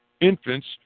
infants